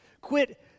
Quit